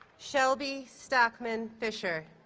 shelby stockman fisher